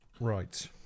Right